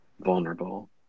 vulnerable